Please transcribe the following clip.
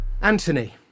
Anthony